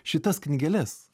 šitas knygeles